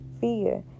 fear